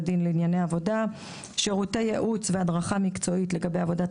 דין לענייני עבודה; ושירותי ייעוץ והדרכה מקצועית לגבי עבודת